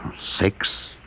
Six